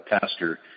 pastor